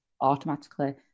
automatically